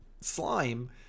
slime